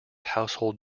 household